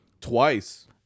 twice